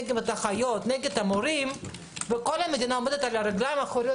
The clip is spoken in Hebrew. נגד אחיות או נגד מורים וכל המדינה עומדת על הרגליים האחוריות,